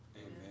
Amen